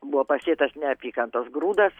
buvo pasėtas neapykantos grūdas